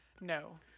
No